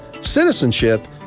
citizenship